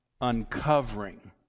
uncovering